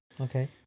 Okay